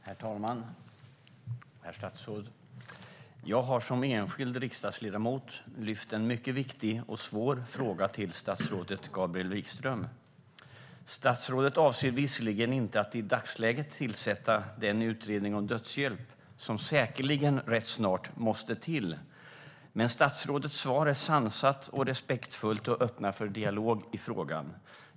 Herr talman! Jag har som enskild riksdagsledamot lyft fram en mycket viktig och svår fråga till statsrådet Gabriel Wikström. Statsrådet avser visserligen inte att i dagsläget tillsätta den utredning om dödshjälp som säkerligen rätt snart måste till. Men statsrådets svar är sansat och respektfullt och öppnar för dialog i frågan.